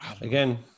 Again